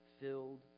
filled